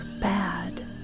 bad